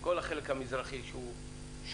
כל החלק המזרחי שהוא שומם,